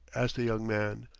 asked the young man.